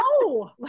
no